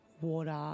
water